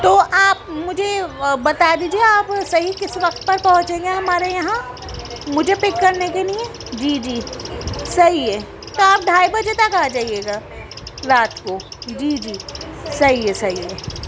تو آپ مجھے بتا دیجیے آپ صحیح کس وقت پر پہنچیں گے ہمارے یہاں مجھے پک کرنے کے لئے جی جی سہی ہے تو آپ ڈھائی بجے تک آ جائیے گا رات کو جی جی صحیح ہے صحیح ہے